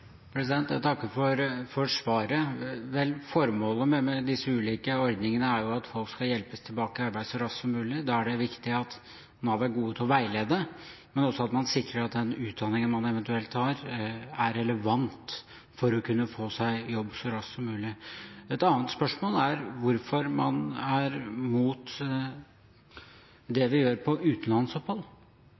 aleneforsørger. Jeg takker for svaret. Formålet med disse ulike ordningene er jo at folk skal hjelpes tilbake i arbeid så raskt som mulig, og da er det viktig at Nav er gode til å veilede, men også at man sikrer at den utdanningen man eventuelt har, er relevant for å kunne få seg jobb så raskt som mulig. Et annet spørsmål er hvorfor man er imot det vi gjør når det gjelder utenlandsopphold.